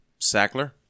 Sackler